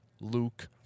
Luke